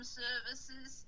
services